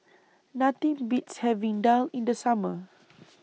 Nothing Beats having Daal in The Summer